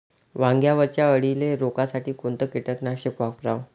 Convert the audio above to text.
वांग्यावरच्या अळीले रोकासाठी कोनतं कीटकनाशक वापराव?